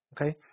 Okay